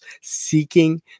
seeking